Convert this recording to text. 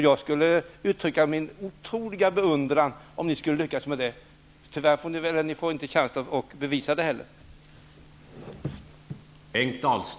Jag skulle uttrycka min otroliga beundran om ni skulle lyckas med det, men tyvärr kommer ni inte att få chansen att bevisa det.